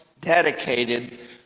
dedicated